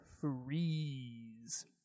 Freeze